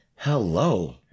Hello